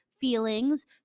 feelings